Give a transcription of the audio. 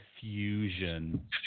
Fusion